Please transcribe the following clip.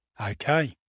Okay